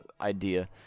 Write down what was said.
idea